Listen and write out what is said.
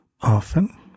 Often